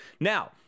Now